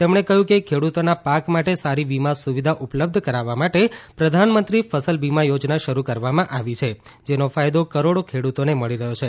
તેમણે કહ્યું કે ખેડૂતોના પાક માટે સારી વીમા સુવિધા ઉપલબ્ધ કરાવવા માટે પ્રધાનમંત્રી ફસલ વીમા યોજના શરૂ કરવામાં આવી છે જેનો ફાયદો કરોડો ખેડૂતોને મળી રહ્યો છે